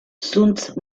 zuntz